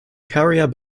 carrier